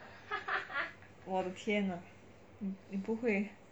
我的天啊你不会